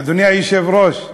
אדוני היושב-ראש,